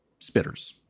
spitters